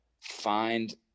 find